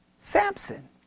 Samson